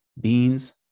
beans